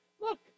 Look